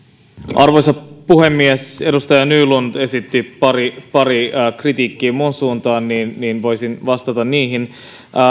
arvoisa puhemies edustaja nylund esitti pari pari kritiikkiä minun suuntaani voisin vastata niihin